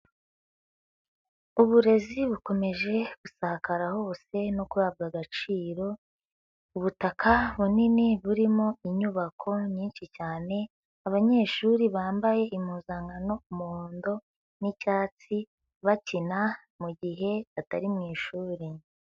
Uburezi bukomeje gusakara hose no guhabwa agaciro. Ubutaka bunini burimo inyubako nyinshi cyane. Abanyeshuri bambaye impuzankano umuhondo n'icyatsi, bakina mu gihe batari mu ishuri.